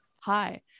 Hi